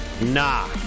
Nah